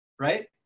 right